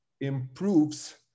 improves